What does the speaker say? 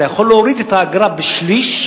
אתה יכול להוריד את האגרה בשליש,